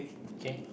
okay